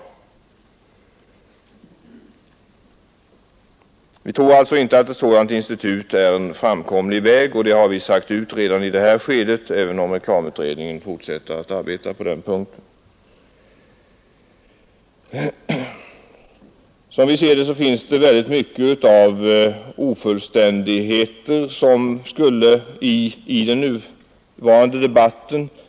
Vi tror alltså inte att ett sådant institut är en framkomlig väg, och det har vi sagt ut redan i detta skede, även om reklamutredningen fortsätter att arbeta med det. Som vi ser det finns det väldigt många ofullständigheter i den nuvarande debatten.